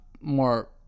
more